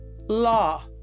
law